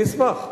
אני אשמח.